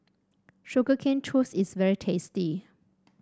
Sugar Cane Juice is very tasty